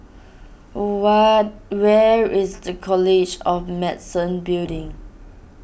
over where is the College of Medicine Building